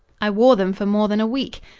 i wore them for more than a week.